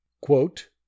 Quote